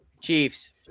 Chiefs